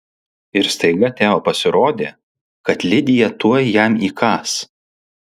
ir staiga teo pasirodė kad lidija tuoj jam įkąs